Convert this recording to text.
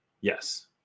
Yes